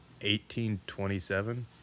1827